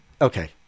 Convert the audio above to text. okay